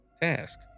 task